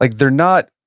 like they're not,